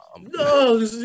No